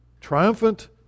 triumphant